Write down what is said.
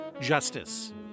justice